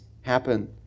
happen